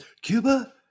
Cuba